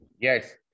Yes